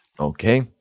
Okay